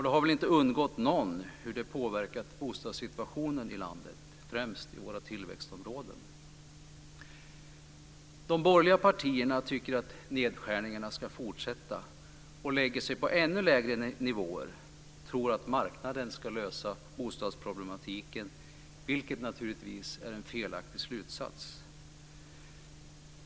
Det har väl inte undgått någon hur detta har påverkat bostadssituationen i landet - främst i våra tillväxtområden. De borgerliga partierna tycker att nedskärningarna ska fortsätta, och lägger sig på ännu lägre nivåer. De tror att marknaden ska lösa bostadsproblematiken, vilket naturligtvis är en felaktig slutsats.